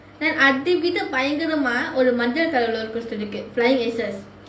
then அதை விட பயங்கரமா ஒரு மஞ்சள்:athai vida bayangaramaa oru manjal colour roller coaster இருக்கு:irukku flying S_S